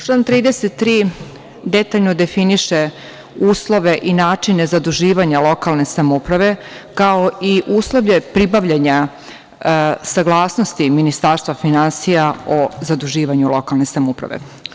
Član 33. detaljno definiše uslove i načine zaduživanja lokalne samouprave, kao i uslove pribavljanja saglasnosti Ministarstva finansija o zaduživanju lokalne samouprave.